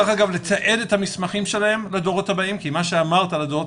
דרך אגב לתעד את המסמכים שלהם לדורות הבאים - כי מה שאמרת על הדורות